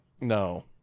No